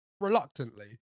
reluctantly